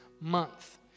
month